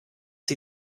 sie